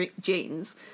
jeans